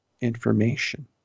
information